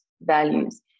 values